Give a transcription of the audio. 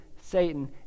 Satan